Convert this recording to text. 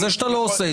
זה שאתה לא עושה את זה,